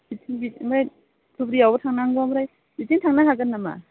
बिथिं बिथिं ओमफ्राय धुब्रिआवबो थांनांगौ ओमफ्राय बिथिं थांनो हागोन नामा